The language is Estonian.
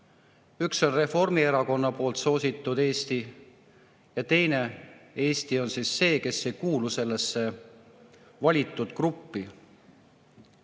Üks on Reformierakonna soositud Eesti ja teine Eesti on see, kes ei kuulu sellesse valitud gruppi.